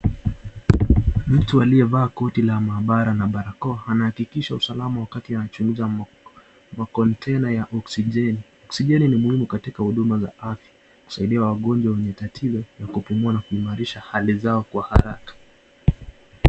mtu aliye vaa koti la mahabara na barakoa anahakikisha usalama wakati anachunguza ma[container] ya [oxygen], [oxygen] ni muhimu katika uduma ya afya usaidia magonja uliyetatiza ya kupumua nakuhimarisha hali zao kwa haraka.